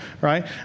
right